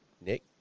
Nick